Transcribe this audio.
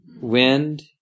wind